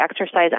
exercise